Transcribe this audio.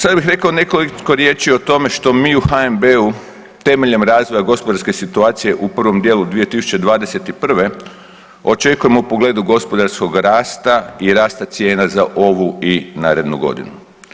Sad bih rekao nekoliko riječi o tome što mi u HNB-u temeljem razvoja gospodarske situacije u prvom dijelu 2021. očekujemo u pogledu gospodarskog rasta i rasta cijena za ovu i narednu godinu.